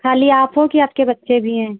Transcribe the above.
खाली आप हो कि आपके बच्चे भी हैं